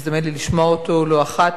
הזדמן לי לשמוע אותו לא אחת,